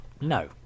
no